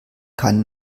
keinen